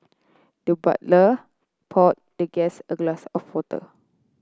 the butler poured the guest a glass of water